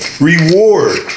reward